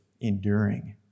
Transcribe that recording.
enduring